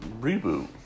reboot